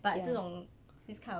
but 这种 this kind of